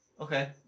Okay